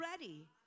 ready